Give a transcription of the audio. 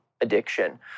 addiction